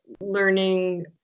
learning